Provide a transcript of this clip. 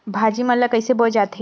भाजी मन ला कइसे बोए जाथे?